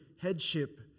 headship